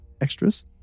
extras